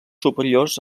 superiors